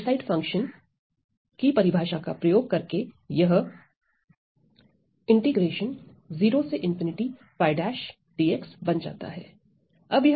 मेरी Heaviside function की परिभाषा का प्रयोग करके यह 𝜙'dx बन जाता है